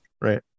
Right